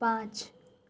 पाँच